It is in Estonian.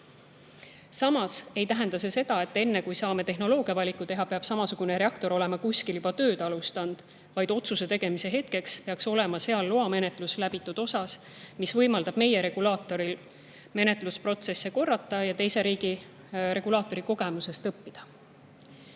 Samas ei tähenda see seda, et enne kui saame tehnoloogiavaliku teha, peab samasugune reaktor olema kuskil juba tööd alustanud, vaid otsuse tegemise hetkeks peaks olema seal loamenetlus läbitud [sellisel määral], et see võimaldab meie regulaatoril menetlusprotsesse korrata ja teise riigi regulaatori kogemusest